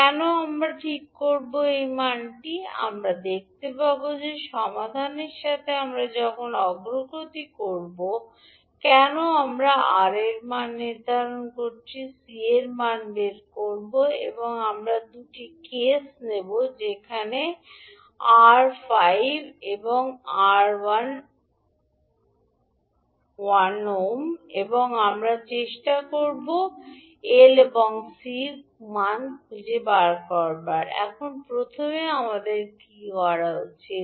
কেন আমরা ঠিক করব এই মানটি আমরা দেখতে পাব যে সমাধানের সাথে আমরা যখন অগ্রগতি করব কেন আমরা R এর মান নির্ধারণ করছি এবং C এর মান বের করব আমরা 2 কেস নেব যেখানে আরআর 5 ওহম এবং R 1 ওহম এবং আমরা চেষ্টা করব এল এবং Cএর মান খুঁজে বের করুন এখন প্রথমে আমাদের কী করা উচিত